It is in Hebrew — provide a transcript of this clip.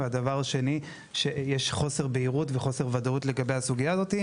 ודבר השני שיש חוסר בהירות וחוסר ודאות לגבי הסוגיה הזאת.